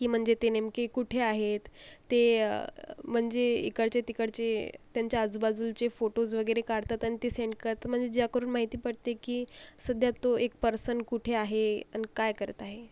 की म्हणजे ते नेमके कुठे आहेत ते म्हणजे इकडचे तिकडचे त्यांच्या आजूबाजूचे फोटोज वगैरे काढतात आणि ते सेंड करतात म्हणजे ज्याकरून माहिती पडते की सध्या तो एक पर्सन कुठे आहे आणि काय करत आहे